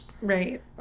Right